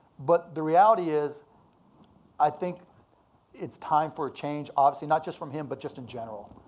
but the reality is i think it's time for a change. obviously not just from him, but just in general.